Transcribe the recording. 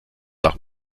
nach